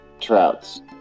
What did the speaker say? trouts